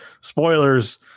spoilers